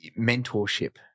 mentorship